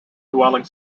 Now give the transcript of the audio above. dwelling